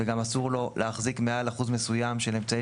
וגם אסור לו להחזיק מעל אחוז מסוים של אמצעי